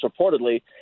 reportedly